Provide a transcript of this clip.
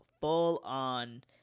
full-on